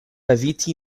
eviti